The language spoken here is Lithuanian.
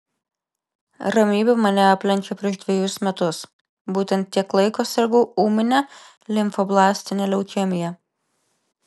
ramybė mane aplenkė prieš dvejus metus būtent tiek laiko sergu ūmine limfoblastine leukemija